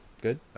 Good